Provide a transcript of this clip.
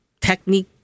technique